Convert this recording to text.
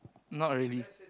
not really